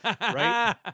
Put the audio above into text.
right